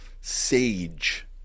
sage